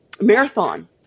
marathon